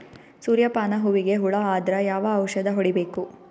ಸೂರ್ಯ ಪಾನ ಹೂವಿಗೆ ಹುಳ ಆದ್ರ ಯಾವ ಔಷದ ಹೊಡಿಬೇಕು?